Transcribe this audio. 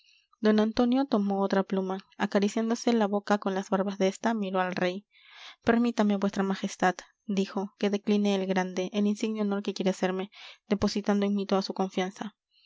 d antonio tomó otra pluma acariciándose la boca con las barbas de esta miró al rey permítame vuestra majestad dijo que decline el grande el insigne honor que quiere hacerme depositando en mí toda su confianza